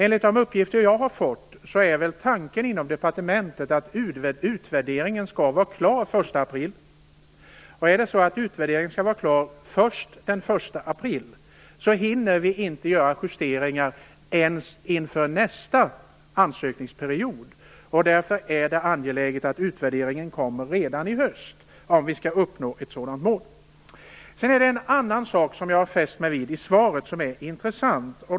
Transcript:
Enligt de uppgifter jag har fått är tanken inom departementet att utvärderingen skall vara klar den 1 april. Om den skall vara klar först då, hinner man inte göra justeringar ens inför nästa ansökningsperiod. Det är därför angeläget att utvärderingen kommer redan i höst, om ett sådant mål skall kunna uppnås. Jag har fäst mig vid en annan sak i svaret, som är intressant.